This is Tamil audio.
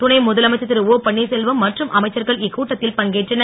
துணை முதலமைச்சர் திரு ஓ பன்வீர்செல்வம் மற்றும் அமைச்சர்கள் இக்கூட்டத்தில் பங்கேற்றனர்